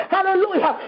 Hallelujah